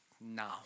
now